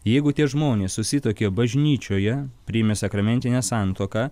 jeigu tie žmonės susituokė bažnyčioje priėmė sakramentinę santuoką